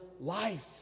life